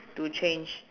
to change